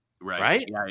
right